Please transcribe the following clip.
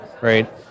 right